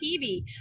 TV